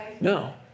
No